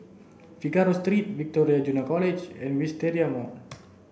Figaro three Victoria Junior College and Wisteria Mall